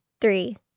three